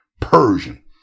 Persian